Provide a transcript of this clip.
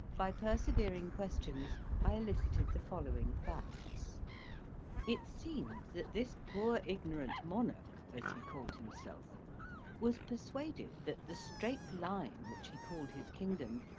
by persevering questions i elicited the following facts it seemed that this poor ignorant monarch as he called himself was persuaded that the straight line which he called his kingdom,